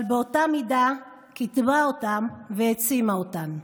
אבל באותה מידה קידמה אותן והעצימה אותן.